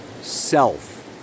self